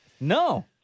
No